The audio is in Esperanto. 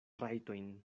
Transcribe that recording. rajtojn